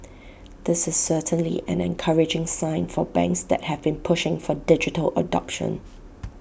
this is certainly an encouraging sign for banks that have been pushing for digital adoption